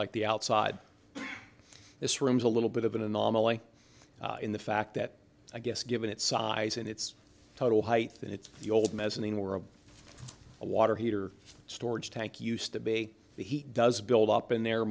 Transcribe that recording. like the outside this room is a little bit of an anomaly in the fact that i guess given its size and its total height that it's the old mezzanine world a water heater storage tank used to be the heat does build up in there